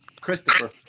Christopher